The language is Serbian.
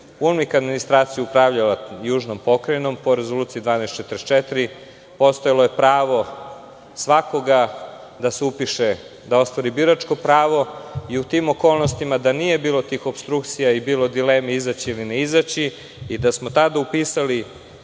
UNMIK administracija upravljala južnom pokrajinom, po Rezoluciji 1244, postojalo je pravo svakoga da se upiše, da ostvari biračko pravo i u tim okolnostima, da nije bilo tih opstrukcija i bilo dileme izaći ili ne izaći, i da smo tada upisali